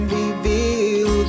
reveal